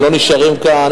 הם לא נשארים כאן,